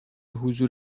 حضور